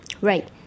right